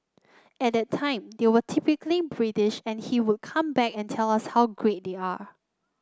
at that time they were typically British and he would come back and tell us how great they are